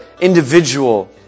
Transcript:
individual